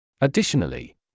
Additionally